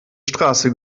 straße